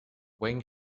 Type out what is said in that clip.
wink